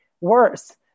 worse